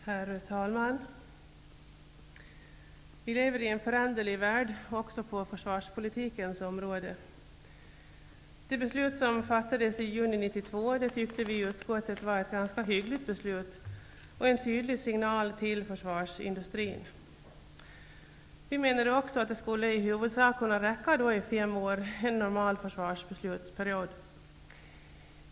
Herr talman! Vi lever i en föränderlig värld också på försvarspolitikens område. Det beslut som fattades i juni 1992 tyckte vi i utskottet var ett ganska hyggligt beslut och en tydlig signal till försvarsindustrin. Vi menade också att det i huvudsak skulle kunna räcka i fem år, dvs. en normal försvarsbeslutsperiod.